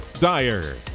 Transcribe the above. Dyer